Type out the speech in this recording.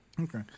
Okay